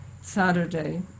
Saturday